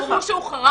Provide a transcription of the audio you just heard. אמרו שהוא חרג